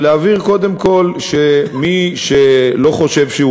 ולהבהיר קודם כול שמי שלא חושב שהוא